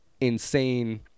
insane